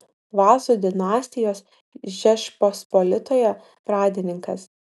vazų dinastijos žečpospolitoje pradininkas